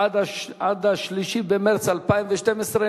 עד 3 במרס 2012,